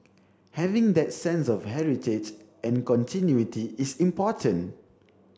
having that sense of heritage and continuity is important